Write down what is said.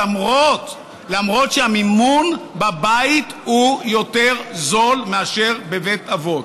למרות שהמימון בבית הוא יותר נמוך מאשר בבית אבות.